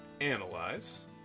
analyze